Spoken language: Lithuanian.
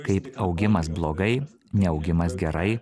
kaip augimas blogai neaugimas gerai